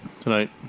tonight